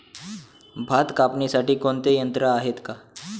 भात कापणीसाठी कोणते यंत्र आहेत का?